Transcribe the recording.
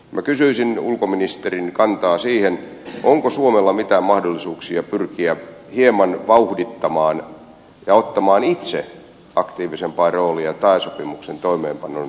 minä kysyisin ulkoministerin kantaa siihen onko suomella mitään mahdollisuuksia pyrkiä hieman vauhdittamaan ja ottamaan itse aktiivisempaa roolia tae sopimuksen toimeenpanon aikaansaamiseksi